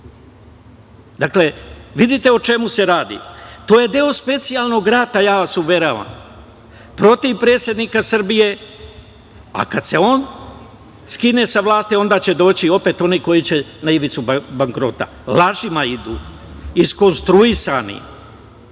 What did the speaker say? Dakle, vidite o čemu se radi. To je deo specijalnog rata, ja vas uveravam, protiv predsednika Srbije, a kad se on skine sa vlasti, onda će doći opet oni koji će na ivicu bankrota. Lažima idu, iskonstruisanim